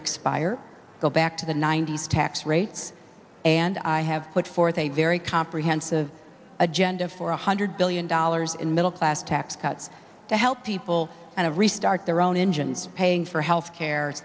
expire go back to the ninety's tax rate and i have put forth a very comprehensive agenda four hundred billion dollars in middle class tax cuts to help people and a restart their own engines paying for health care